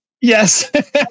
Yes